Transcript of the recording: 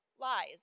lies